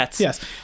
Yes